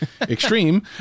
extreme